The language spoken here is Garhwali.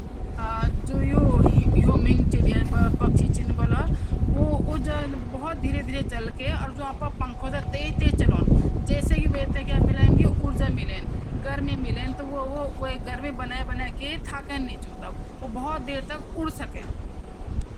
खाना बनान क पैन और बर्तन के कई प्रकार होदन जन :कढ़ाई – गहरे और चौड़े बर्तन होंदु, इमें तलन खाना या करी बनादा ते होंदु,। फ्राइंग पैन – हलका और सपाट होंदु, इमें तला हुआ खानू या रोस्ट हुआ खानू बनॉन ते होंदु। सॉस पैन – छोटू और गहरा होंदु, इमें सूप, सॉस या उबालने के इस्तेमाल होंदु। तवा – फ्लैट और गोल, रोटियां या पराठे बनॉन के हों दु। प्रेस्सुर कुकर – जल्दी खाना पकान के इस्तेमाल हों दु, जैन की दाल, चावल, सब्जियां।